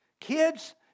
Kids